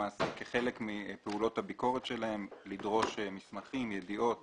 כחלק מפעולות הביקורת שלהם, לדרוש מסמכים, ידיעות